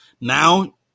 Now